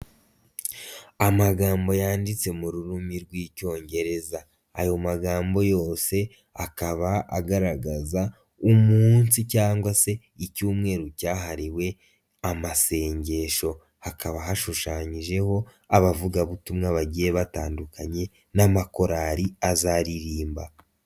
Amagambo yanditse mu rurimi rw'icyongereza, ayo magambo yose akaba agaragaza umunsi cyangwa se icyumweru cyahariwe amasengesho, hakaba hashushanyijeho abavugabutumwa bagiye batandukanye n'amakorali azaririmba.